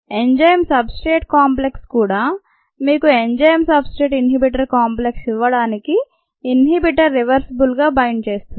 enzyme substrate complex కూడా మీకు enzyme substrate inhibitor complex ఇవ్వడానికి ఇన్హిబిటర్ రివర్సిబుల్ గా బైండ్ చేస్తుంది